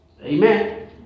Amen